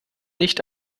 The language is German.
nicht